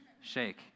Shake